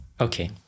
Okay